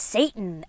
Satan